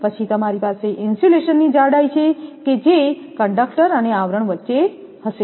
પછી તમારી પાસે ઇન્સ્યુલેશનની જાડાઈ છે જે કંડક્ટર અને આવરણ કરશે